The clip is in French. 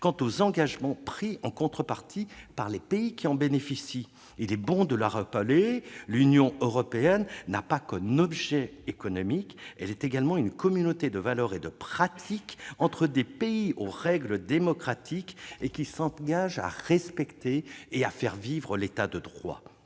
respect des engagements pris en contrepartie par les pays bénéficiaires. Il est bon de le rappeler, l'Union européenne n'a pas qu'un objet économique ; elle est également une communauté de valeurs et de pratiques entre des pays aux règles démocratiques qui s'engagent à respecter et à faire vivre l'État de droit.